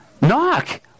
Knock